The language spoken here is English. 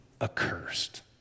accursed